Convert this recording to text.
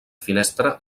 finestra